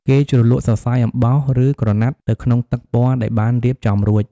គេជ្រលក់សរសៃអំបោះ ឬក្រណាត់ទៅក្នុងទឹកពណ៌ដែលបានរៀបចំរួច។